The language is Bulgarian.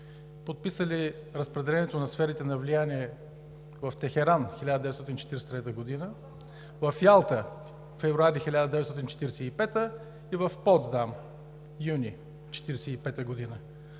подписали разпределението на сферите на влияние в Техеран 1943 г., в Ялта – февруари 1945 г., и в Потсдам – юни 1945 г.